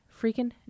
freaking